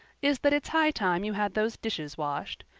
is that it's high time you had those dishes washed.